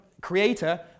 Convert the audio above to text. creator